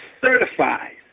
certifies